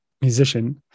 musician